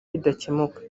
bidakemuka